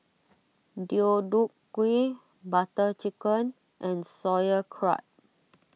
Deodeok Gui Butter Chicken and Sauerkraut